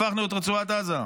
הפכנו את רצועת עזה,